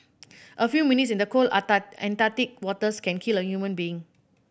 a few minutes in the cold Antarctic waters can kill a human being